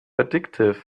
addictive